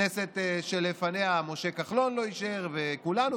בכנסת שלפניה משה כחלון לא אישר וכולנו,